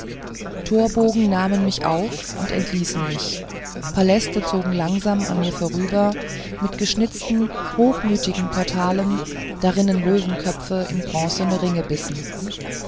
torbogen nahmen mich auf und entließen mich paläste zogen langsam an mir vorüber mit geschnitzten hochmütigen portalen darinnen löwenköpfe in bronzene ringe